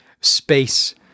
space